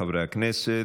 חברי הכנסת,